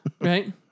Right